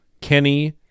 Kenny